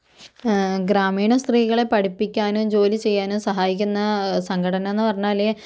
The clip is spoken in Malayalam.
ഗ്രാമീണ സ്ത്രീകളെ പഠിപ്പിക്കാന് ജോലി ചെയ്യാനും സഹായിക്കുന്ന സംഘടനാന്ന് പറഞ്ഞാല്